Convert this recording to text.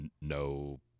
no